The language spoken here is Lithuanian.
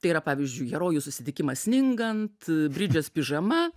tai yra pavyzdžiui herojų susitikimas sningant bridžės pižama